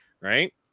right